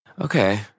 Okay